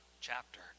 chapter